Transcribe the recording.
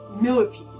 millipede